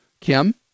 Kim